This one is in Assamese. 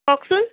কওকচোন